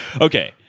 Okay